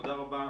תודה רבה.